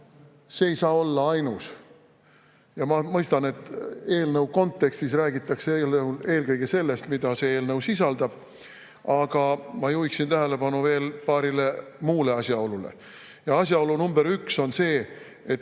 see ei saa olla ainus. Ma mõistan, et eelnõu kontekstis räägitakse eelkõige sellest, mida see eelnõu sisaldab, aga ma juhiksin tähelepanu veel paarile muule asjaolule. Asjaolu number üks on see, et